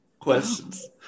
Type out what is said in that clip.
Questions